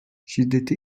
şiddeti